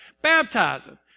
baptizing